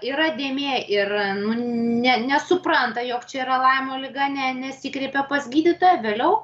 yra dėmė ir nu ne nesupranta jog čia yra laimo liga ne nesikreipia pas gydytoją vėliau